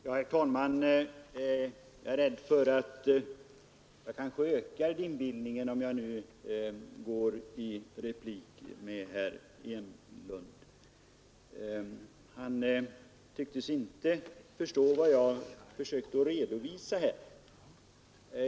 Herr talman! Jag är rädd för att jag kanske ökar dimbildningen om jag nu går upp i replik mot herr Enlund. Han tycktes inte förstå vad jag försökte redovisa.